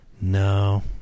No